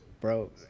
Bro